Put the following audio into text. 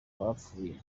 abapfuye